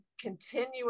continuing